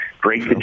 great